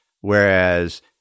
whereas